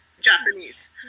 Japanese